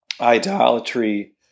idolatry